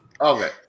Okay